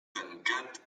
tancat